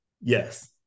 Yes